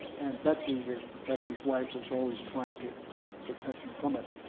and betsy, his protective wife, was always trying to protect him from it.